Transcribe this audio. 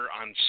on